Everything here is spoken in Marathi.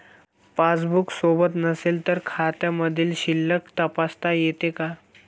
पासबूक सोबत नसेल तर खात्यामधील शिल्लक तपासता येते का?